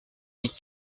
n’y